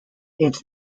its